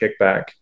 kickback